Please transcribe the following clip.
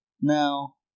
Now